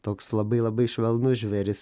toks labai labai švelnus žvėris